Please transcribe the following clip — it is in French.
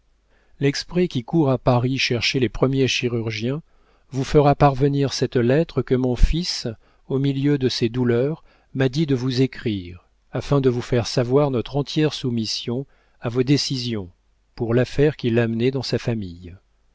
l'exprès qui court à paris chercher les premiers chirurgiens vous fera parvenir cette lettre que mon fils au milieu de ses douleurs m'a dit de vous écrire afin de vous faire savoir notre entière soumission à vos décisions pour l'affaire qui l'amenait dans sa famille